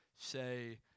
say